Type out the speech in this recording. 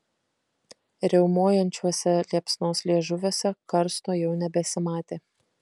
riaumojančiuose liepsnos liežuviuose karsto jau nebesimatė